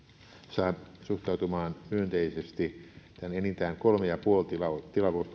saa suhtautuman myönteisesti tämän enintään kolme pilkku viisi tilavuusprosenttia